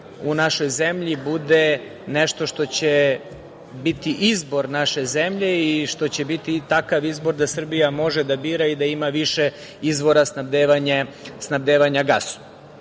u našoj zemlji bude nešto što će biti izbor naše zemlje i što će biti takav izbor da Srbija može da bira i da ima više izvora snabdevanje